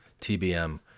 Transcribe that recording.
TBM